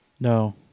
No